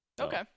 Okay